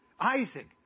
Isaac